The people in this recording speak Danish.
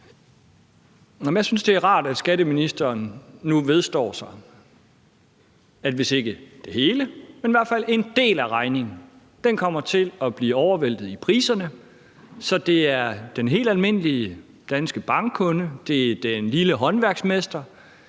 Jeg synes, det er rart, at skatteministeren nu vedstår sig, at hvis ikke det hele, så i hvert fald en del af regningen kommer til at blive overvæltet i priserne, så det er den helt almindelige danske bankkunde, det er den lille håndværksmester,